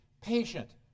patient